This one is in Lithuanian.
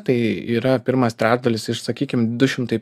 tai yra pirmas trečdalis iš sakykim du šimtai